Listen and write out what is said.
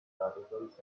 articles